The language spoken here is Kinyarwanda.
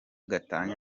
gatanya